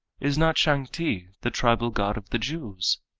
is not shang ti the tribal god of the jews?